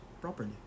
properly